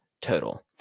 total